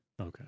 Okay